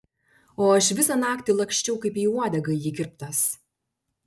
o aš visą naktį laksčiau kaip į uodegą įkirptas